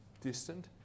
distant